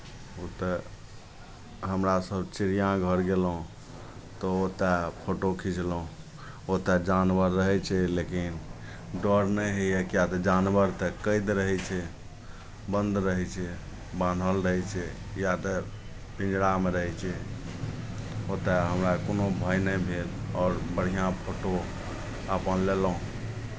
ओतय हमरा सभ चिड़ियाँ घर गेलहुँ तऽ ओतय फोटो खिचलहुँ ओतय जानवर रहै छै लेकिन डर नहि होइए किएक तऽ जानवर तऽ कैद रहै छै बन्द रहै छै बान्हल रहै छै या तऽ पिंजरामे रहै छै ओतय हमरा कोनो भय नहि भेल आओर बढ़िआँ फोटो अपन लेलहुँ